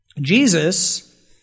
Jesus